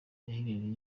yahereye